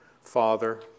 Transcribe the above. father